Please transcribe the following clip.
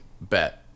bet